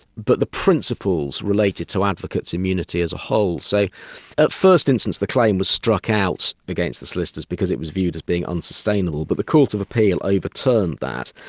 but the principles related to advocates' immunity as a whole. so at first instance the claim was struck out against the solicitors, because it was viewed as being unsustainable, but the court of appeal overturned that,